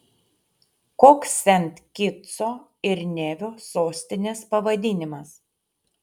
koks sent kitso ir nevio sostinės pavadinimas